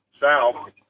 South